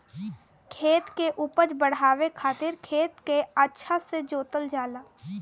खेत के उपज बढ़ावे खातिर खेत के अच्छा से जोतल जाला